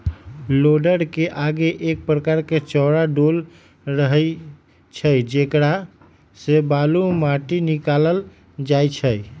लोडरके आगे एक प्रकार के चौरा डोल रहै छइ जेकरा से बालू, माटि निकालल जाइ छइ